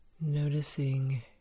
Noticing